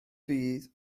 fydd